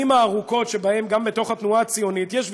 הארוכות שבהן גם בתוך התנועה הציונית יש ויכוח.